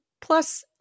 Plus